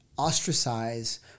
ostracize